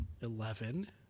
eleven